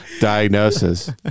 diagnosis